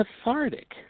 cathartic